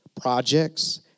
projects